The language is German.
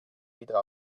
wieder